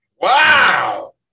Wow